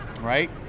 Right